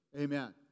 Amen